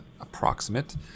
approximate